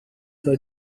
suoi